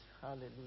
Hallelujah